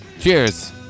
Cheers